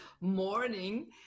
morning